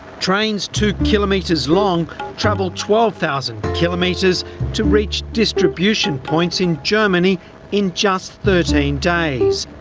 trains two kilometres long travel twelve thousand kilometres to reach distribution points in germany in just thirteen days,